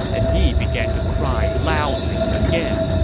and he began to cry loudly again,